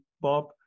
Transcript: Bob